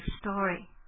story